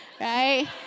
right